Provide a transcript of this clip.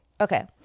Okay